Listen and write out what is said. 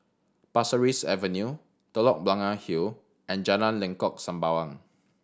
Pasir Ris Avenue Telok Blangah Hill and Jalan Lengkok Sembawang